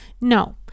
No